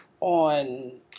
on